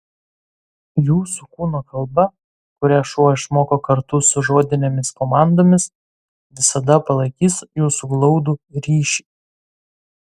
jūsų kūno kalba kurią šuo išmoko kartu su žodinėmis komandomis visada palaikys jūsų glaudų ryšį